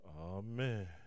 Amen